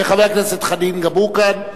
חבר הכנסת חנין, גם הוא כאן,